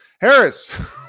harris